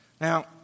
Now